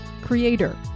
creator